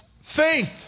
Faith